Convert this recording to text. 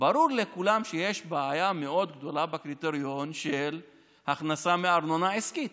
ברור לכולם שיש בעיה מאוד גדולה בקריטריון של הכנסה מארנונה עסקית,